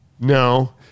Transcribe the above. No